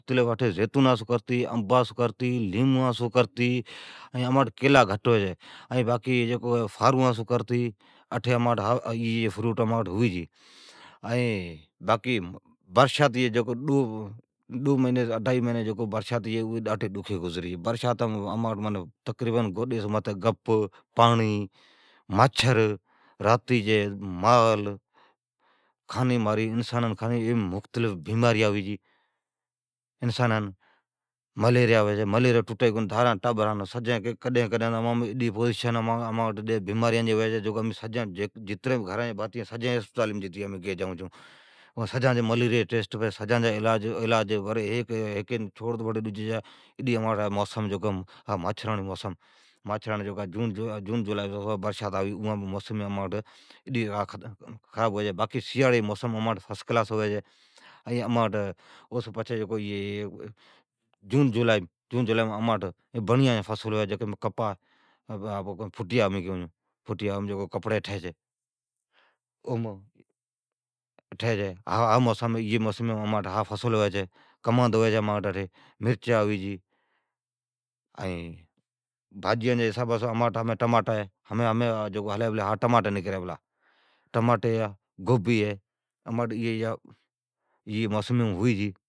تلی وٹھی زیتوناس کرتی، انباس کرتی، لیمواس کرتی۔ ائین امانٹھ کیلا گھٹ ھوی چھی ۔باقی فاروان سون کرتی ائین فروٹ امانٹھ ھوی چھی۔ باقی جکو ڈو مھینی برساتی جی ڈھاڈھی ڈکھیی گزری چھی۔ برساتان منان امانٹھ گوڈی جڈی گپ، پانڑی ،ماچھر رات جی مال کھانی ماری ۔ انسان کھانی ماری، مالان کھانی ماری۔ اوم مختلف بیماریا ھوی چھی، انسان ملیریاھوی چھی ۔ ملیریا تٹی کونی۔ کڈھن کڈھن تو امین سجین گھران جی بھاتیین بیمار ھنی جائون سجین اسپتالیم گیتی جائون ۔ پچھی ٹیسٹا سجان جیا ۔ پچھی ھیکین گیتیا بڑی ڈجین گیتی جا ۔ھا حلت ھوی چھی۔ ھیکین ساجی کرا تو بڑی ڈجی، جون، جولاء جکو موسم ڈاڈھی خترناک ھوی چھی۔ باکی جی موسم امانٹھ ڈادھی فسکلاس ھوی چھی۔ ائین او سون پچھی جون، جولائیم امانٹھ فصل ھوی، اوم کپاھ، اون امین فٹیا کیئون چھون، اوم کپڑی ٹھی چھی۔ ایی موسمیم اماٹھ ایی فصل ھوی چھی، اماٹھ اٹھی کماد ھوی چھی، مرچا ھوی چھی۔ بھاجیان جی حسابا سون ٹماٹا ھوی چھی، ھمین جکو ھا ھلی چھی ھا ٹماٹا نکری پلا، گوبی ہے یا، ایی موسمیم ھوی چھی۔